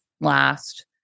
last